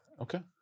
okay